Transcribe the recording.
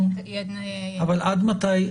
עד מתי?